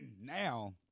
now